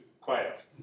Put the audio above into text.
quiet